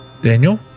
Daniel